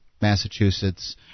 Massachusetts